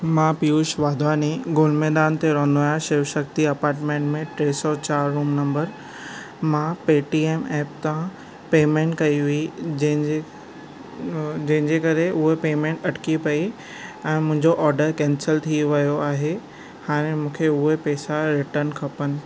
मां पियूष वाधवानी गोल मैदान ते रहिंदो आहिंयां शिव शक्ति अपार्टमेंट में टे सौ चारि रूम नंबरु मां पेटीएम ऐप तां पेमेंट कई हुई जंहिंजे जंहिंजे करे उहो पेमेंट अटकी पई ऐं मुहिंजो ऑर्डरु केंसिल थी वियो आहे हाणे मूंखे उहे पैसा रिटर्न खपनि